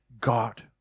God